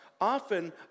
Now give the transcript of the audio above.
often